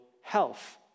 health